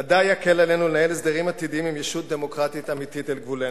ודאי יקל עלינו לנהל הסדרים עתידיים עם ישות דמוקרטית אמיתית על גבולנו.